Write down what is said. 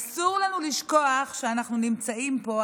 אסור לנו לשכוח שאנחנו נמצאים פה,